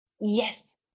Yes